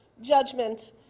judgment